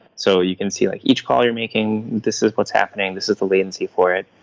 so you can see like each call you're making, this is what's happening, this is the latency for it.